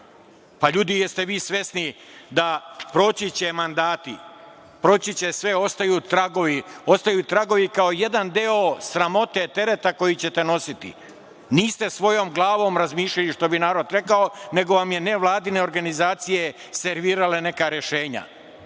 da li ste vi svesni, da će proći mandati, proći će sve, ostaju tragovi, ostaju tragovi kao jedan deo sramote tereta koji ćete nositi. Niste svojom glavom razmišljali, što bi narod rekao, nego su vam nevladina organizacije servirale neka rešenja.